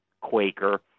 Quaker